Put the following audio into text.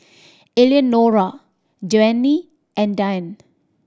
Eleanora Joanie and Diane